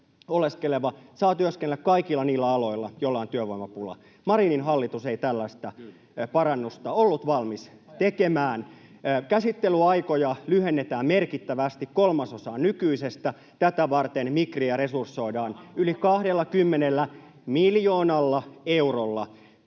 oleskeleva saa työskennellä kaikilla niillä aloilla, joilla on työvoimapula. Marinin hallitus ei tällaista parannusta ollut valmis tekemään. Käsittelyaikoja lyhennetään merkittävästi, kolmasosaan nykyisestä. Tätä varten Migriä resursoidaan yli 20 miljoonalla eurolla.